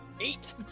Eight